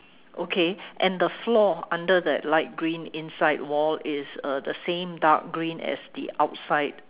okay and the floor under the light green inside wall is uh the same dark green as the outside